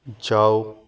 ਜਾਓ